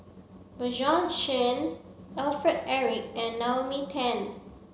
Bjorn Shen Alfred Eric and Naomi Tan